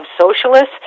socialists